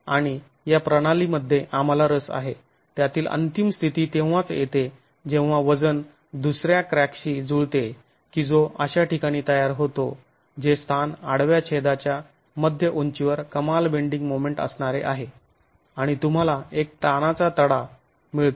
आणि या प्रणालीमध्ये आम्हाला रस आहे त्यातील अंतिम स्थिती तेव्हाच येते जेव्हा वजन दुसऱ्या क्रॅकशी जुळते की जो अशा ठिकाणी तयार होतो जे स्थान आडव्या छेदाच्या मध्य उंचीवर कमाल बेंडिंग मोमेंट असणारे आहे आणि तुम्हाला एक तानाचा तडा मिळतो